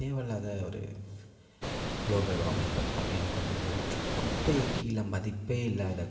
தேவை இல்லாத ஒரு குளோபல் வார்மிங் அப்படினு கொண்டு போயி விட்டுரும் குப்பையை கீழே மதிப்பே இல்லாத